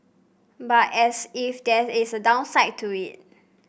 but as if there is a downside to that